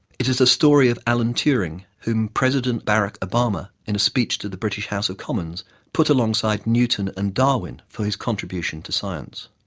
it is a story of alan turing, whom president barack obama in a speech to the british house of commons put alongside newton and darwin for his contribution to science.